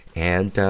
and, ah,